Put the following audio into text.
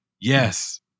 yes